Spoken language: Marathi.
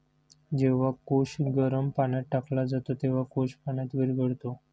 जेव्हा कोश गरम पाण्यात टाकला जातो, तेव्हा कोश पाण्यात विरघळतो